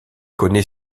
connaît